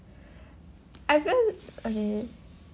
I feel okay